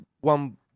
one